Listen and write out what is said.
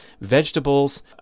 vegetables